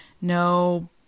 no